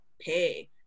pay